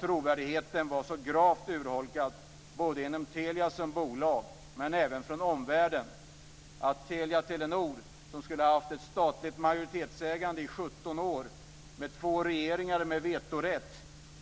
Trovärdigheten var så gravt urholkad både inom Telia som bolag och från omvärlden att Telia-Telenor, som skulle ha haft ett statligt majoritetsägande i 17 år, två regeringar med vetorätt